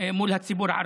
מול הציבור הערבי.